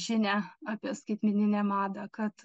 žinią apie skaitmeninę madą kad